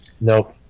nope